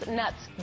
nuts